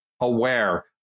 aware